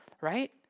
right